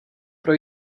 pro